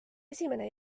esimene